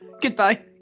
goodbye